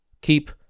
keep